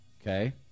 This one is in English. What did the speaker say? Okay